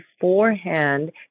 beforehand